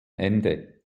ende